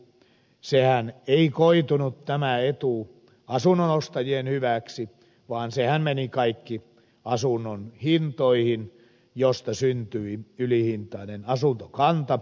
sehän ei koitunut tämä etu asunnonostajien hyväksi vaan sehän meni kaikki asuntojen hintoihin mistä syntyi ylihintainen asuntokanta